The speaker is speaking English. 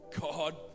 God